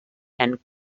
and